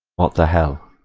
what the hell